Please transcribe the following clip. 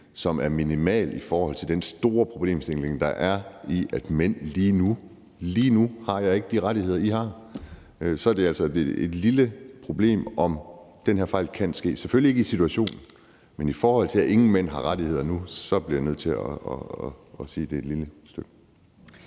som er minimal i forhold til den store problemstilling, der er i, at mænd lige nu ikke har de rettigheder. Lige nu har jeg ikke de rettigheder, I har. Så er det altså et lille problem, om den her fejl kan ske – selvfølgelig ikke i situationen, men i forhold til at ingen mænd har rettigheder nu, bliver jeg nødt til at sige, at det er et lille problem.